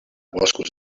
boscos